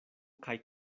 kaj